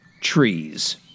Trees